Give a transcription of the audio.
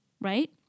right